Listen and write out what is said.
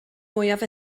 mwyaf